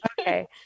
Okay